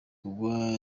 kugwa